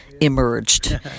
emerged